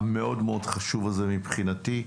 המאוד-מאוד חשוב הזה מבחינתי.